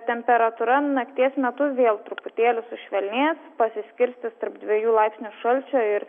temperatūra nakties metu vėl truputėlį sušvelnės pasiskirstys tarp dviejų laipsnių šalčio ir